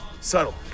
Subtle